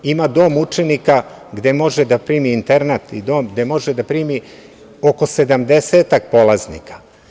Ima Dom učenika gde može da primi, internat i dom, gde može da primi oko sedamdesetak prolaznika.